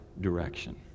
direction